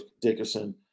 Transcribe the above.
Dickerson